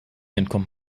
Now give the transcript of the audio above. entkommt